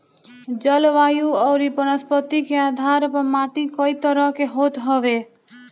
जलवायु अउरी वनस्पति के आधार पअ माटी कई तरह के होत हवे